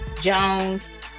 Jones